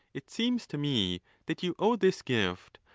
it seems to me that you owe this gift,